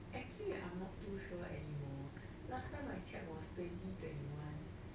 actually I'm not too sure anymore last time I checked was twenty twenty one